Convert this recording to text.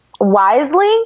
wisely